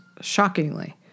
shockingly